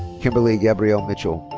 kimberly gabrielle mitchell.